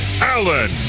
Allen